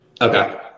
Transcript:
Okay